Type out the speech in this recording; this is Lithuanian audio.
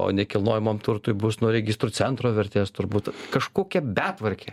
o nekilnojamam turtui bus nuo registrų centro vertės turbūt kažkokia betvarkė